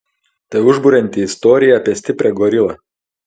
tai užburianti istorija apie stiprią gorilą